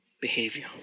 behavior